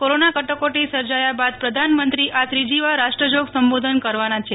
corona કટોકટી સર્જાથા બાદ પ્રધાનમંત્રી આ ત્રીજીવાર રાષ્ટ્રજોગ સંબોધન કરશે